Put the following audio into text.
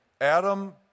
Adam